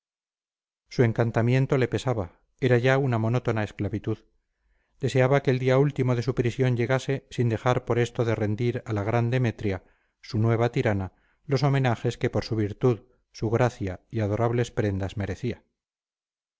su encantamiento le pesaba era ya una monótona esclavitud deseaba que el día último de su prisión llegase sin dejar por esto de rendir a la gran demetria su nueva tirana los homenajes que por su virtud su gracia y adorables prendas merecía